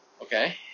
Okay